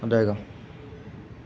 Dergaon